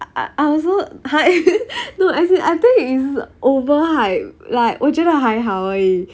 I I also !huh! no as in I think it's over hyped like 我觉得还好而已